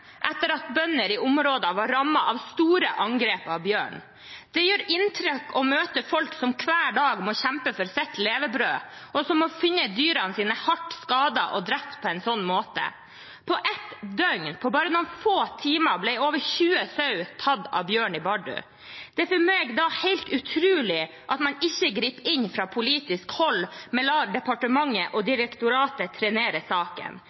etter at bønder i området var rammet av store angrep av bjørn. Det gjør inntrykk å møte folk som hver dag må kjempe for sitt levebrød, og som må finne dyrene sine hardt skadet og drept på en slik måte. På ett døgn, på bare noen få timer, ble over 20 sauer tatt av bjørn i Bardu. Det er for meg da helt utrolig at man ikke griper inn fra politisk hold, men lar departementet og direktoratet trenere saken.